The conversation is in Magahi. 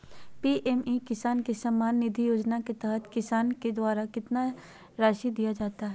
पी.एम किसान सम्मान निधि योजना के तहत किसान को सरकार के द्वारा कितना रासि दिया जाता है?